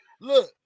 Look